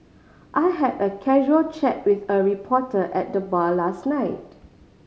I had a casual chat with a reporter at the bar last night